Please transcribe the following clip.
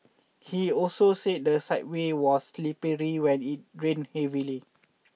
he also say the said walkway was slippery when it rained heavily